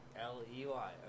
L-E-Y